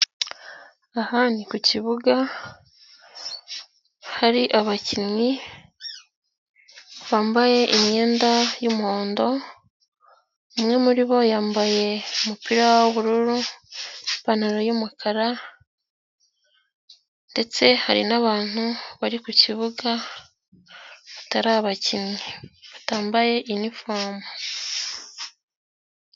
Aha ni ku kibuga hari abakinnyi bambaye imyenda y'umuhondo, umwe muri bo yambaye umupira w'ubururu, ipantaro y'umukara ndetse hari n'abantu bari ku kibuga batari abakinnyi batambaye inifomo.